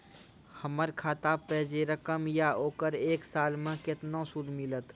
हमर खाता पे जे रकम या ओकर एक साल मे केतना सूद मिलत?